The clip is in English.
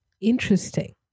interesting